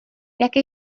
jaké